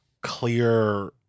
clear